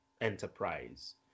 enterprise